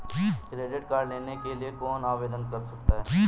Credit card लेने के लिए कौन आवेदन कर सकता है?